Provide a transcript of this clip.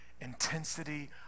intensity